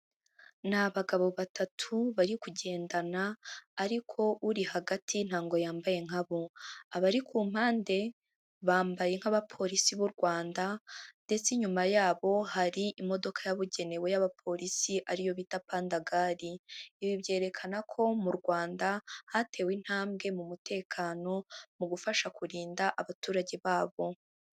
Ni abagabo batatu bari kugendana, ariko uri hagati ntabwo yambaye nka bo, abari ku mpande bambaye nk'abapolisi b'u Rwanda, ndetse inyuma yabo hari imodoka yabugenewe y'abapolisi, ariyo bita pandagali, ibi byerekana ko mu Rwanda, hatewe intambwe mu mutekano, mu gufasha kurinda abaturage babo.